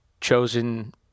chosen